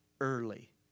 early